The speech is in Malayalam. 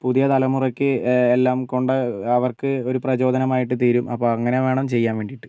പുതിയ തലമുറയ്ക്ക് എല്ലാം കൊണ്ട് അവർക്ക് ഒരു പ്രചോദനമായിട്ട് തീരും അപ്പോൾ അങ്ങനെ വേണം ചെയ്യാൻ വേണ്ടിയിട്ട്